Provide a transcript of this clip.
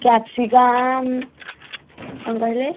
capsicum କ'ଣ କହିଲେ